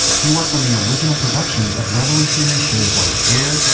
he worked on the original productions of revolutionary shows like hair,